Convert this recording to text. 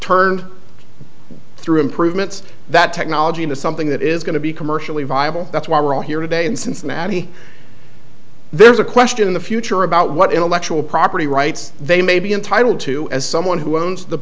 turn through improvements that technology into something that is going to be commercially viable that's why we're here today in cincinnati there's a question in the future about what intellectual property rights they may be entitled to as someone who owns the